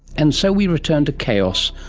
and so we return to chaos,